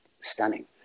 stunning